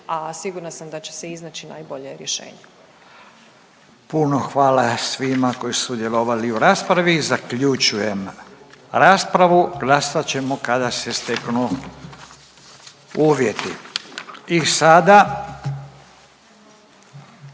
A sigurna sam da će se iznaći najbolje rješenje. **Radin, Furio (Nezavisni)** Puno hvala svima koji su sudjelovali u raspravi. Zaključujem raspravu. Glasat ćemo kada se steknu uvjeti.